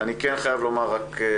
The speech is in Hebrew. אני כן חייב לומר משהו,